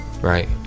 Right